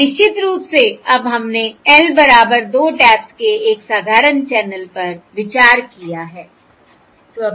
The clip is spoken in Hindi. और निश्चित रूप से अब हमने L बराबर 2 टैप्स के एक साधारण चैनल पर विचार किया है